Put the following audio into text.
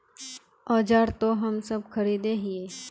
औजार तो हम सब खरीदे हीये?